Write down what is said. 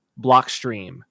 Blockstream